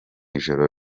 ijoro